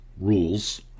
rules